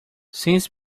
since